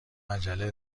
عجله